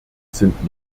sind